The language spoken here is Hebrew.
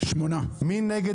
8 נגד